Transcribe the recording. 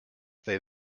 they